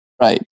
Right